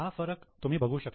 हा फरक तुम्ही बघू शकता